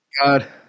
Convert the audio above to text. god